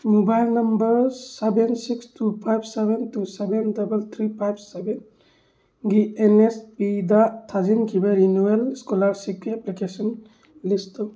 mobile number seven six two five seven two seven double three five seven ꯒꯤ N S P ꯗ ꯊꯥꯖꯤꯟꯈꯤꯕ renewal ꯏꯁꯀꯣꯂꯔꯁꯤꯞꯀꯤ application ꯂꯤꯁ ꯇꯧ